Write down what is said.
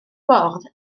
bwrdd